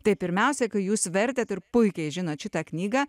tai pirmiausia kai jūs vertėt ir puikiai žinot šitą knygą